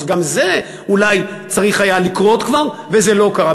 אז גם זה אולי צריך היה לקרות כבר, וזה לא קרה.